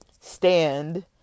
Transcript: stand